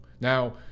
Now